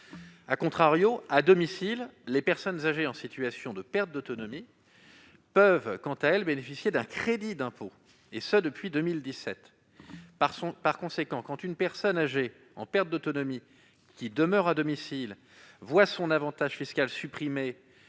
à domicile, les personnes âgées en situation de perte d'autonomie peuvent quant à elles bénéficier d'un crédit d'impôt depuis 2017. Par conséquent, une personne âgée en perte d'autonomie demeurant anciennement à domicile voit son avantage fiscal supprimé